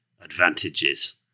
advantages